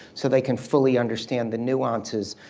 so they can fully understand the nuances.